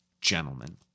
gentlemen